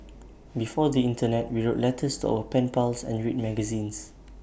before the Internet we wrote letters our pen pals and read magazines